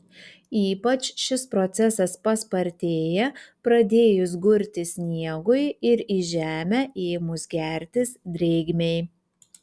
ypač šis procesas paspartėja pradėjus gurti sniegui ir į žemę ėmus gertis drėgmei